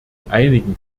einigen